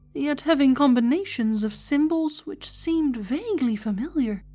yet having combinations of symbols which seemed vaguely familiar.